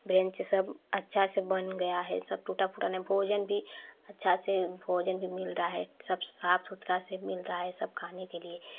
bench सब अच्छा से बन गया है सब टूटा फूटा नहीं भोजन भी अच्छा से भोजन भी मिल रहा है सब साफ़ सुथरा से मिल रहा है सब खाने के लिए